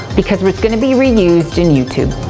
because where it's gonna be reused, in youtube.